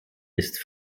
ist